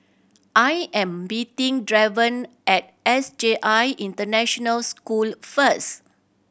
I am meeting Draven at S J I International School first